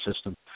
system